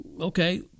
okay